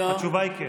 התשובה היא כן.